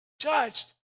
judged